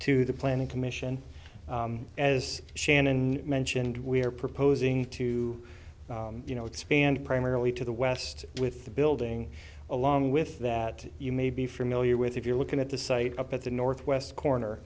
to the planning commission as shannon mentioned we are proposing to expand primarily to the west with the building along with that you may be familiar with if you're looking at the site up at the northwest corner